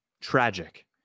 Tragic